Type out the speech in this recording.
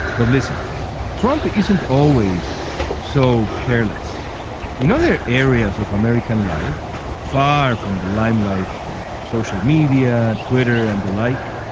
well listen trump isn't always so careless in other areas of american life far from the limelight of social media twitter and the like.